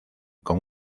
con